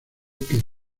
que